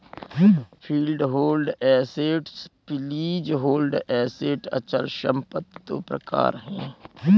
freehold assets, leasehold assets अचल संपत्ति दो प्रकार है